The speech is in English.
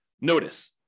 Notice